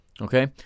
Okay